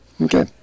Okay